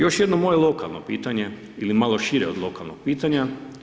Još jedno moje lokalno pitanje ili malo šire od lokalnog pitanja.